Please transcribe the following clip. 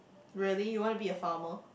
really you want to be a farmer